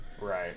Right